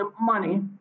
money